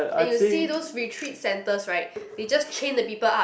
and you see those retreat centres right they just chain the people up